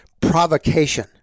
provocation